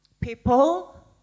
people